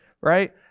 Right